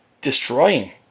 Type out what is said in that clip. destroying